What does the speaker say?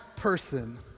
person